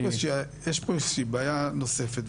יש פה איזה שהיא בעיה נוספת.